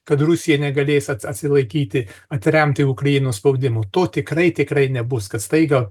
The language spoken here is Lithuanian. kad rusija negalės ats atsilaikyti atremti ukrainos spaudimo to tikrai tikrai nebus kad staiga